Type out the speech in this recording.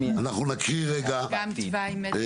אנחנו נקריא רגע ברשותכם.